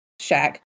shack